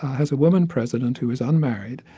has a woman president who is unmarried,